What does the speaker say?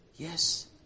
Yes